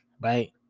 right